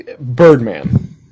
Birdman